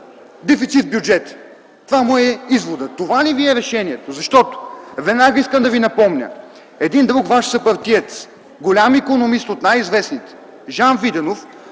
дефицит в бюджета – това му е изводът. Това ли ви е решението?! Веднага искам да ви напомня, друг ваш съпартиец, голям икономист, от най-известните – Жан Виденов,